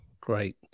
great